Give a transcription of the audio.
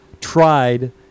tried